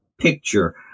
picture